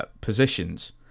positions